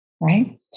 Right